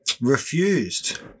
refused